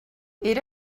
era